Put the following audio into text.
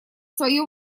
свое